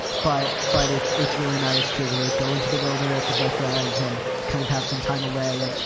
but, but it's, it's really nice to be able to go into the wilderness with my friends and kind of have some time away and,